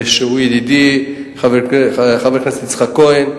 שהוא ידידי חבר הכנסת יצחק כהן,